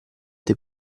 dei